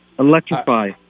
Electrify